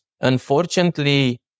unfortunately